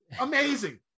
Amazing